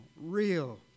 real